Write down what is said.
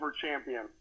champion